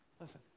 Listen